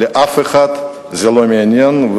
את אף אחד זה לא מעניין,